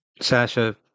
Sasha